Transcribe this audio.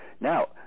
Now